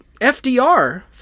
FDR